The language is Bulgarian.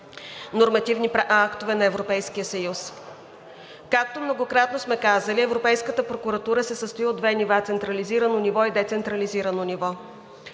нормативни актове на Европейския съюз. Както многократно сме казвали, Европейската прокуратура се състои от две нива: централизирано и децентрализирано ниво.